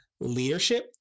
leadership